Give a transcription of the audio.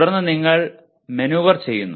തുടർന്ന് നിങ്ങൾ മെനൂവാ ചെയുന്നു